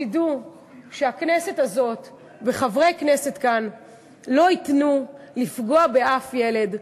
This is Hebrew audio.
שתדעו שהכנסת הזאת וחברי כנסת כאן לא ייתנו לפגוע באף ילד,